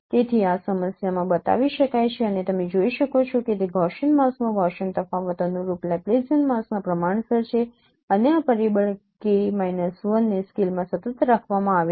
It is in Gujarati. તેથી આ સમસ્યામાં આ બતાવી શકાય છે અને તમે જોઈ શકો છો કે ગૌસિયન માસ્કનો ગૌસિયન તફાવત અનુરૂપ લેપ્લેસિયન માસ્કના પ્રમાણસર છે અને આ પરિબળ ને સ્કેલમાં સતત રાખવામાં આવે છે